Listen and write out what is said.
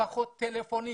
לפחות טלפונית.